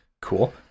Cool